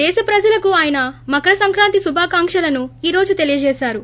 దేశ ప్రజలకు ఆయన మకర సంక్రాంతి శుభాకాంక్షలను ఈ రోజు తెలియచేసారు